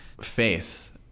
Faith